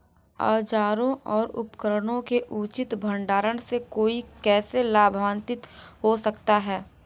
औजारों और उपकरणों के उचित भंडारण से कोई कैसे लाभान्वित हो सकता है?